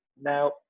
Now